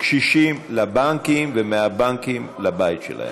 קשישים לבנקים ומהבנקים לבית שלהם.